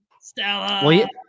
Stella